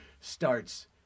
starts